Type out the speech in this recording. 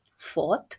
Fourth